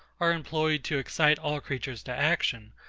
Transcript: are employed to excite all creatures to action,